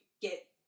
get